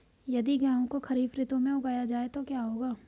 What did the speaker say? यदि गेहूँ को खरीफ ऋतु में उगाया जाए तो क्या होगा?